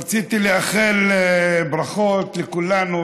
רציתי לאחל ברכות לכולנו,